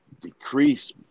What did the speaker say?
decrease